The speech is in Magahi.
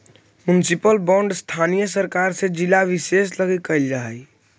मुनिसिपल बॉन्ड स्थानीय सरकार से जिला विशेष लगी कैल जा हइ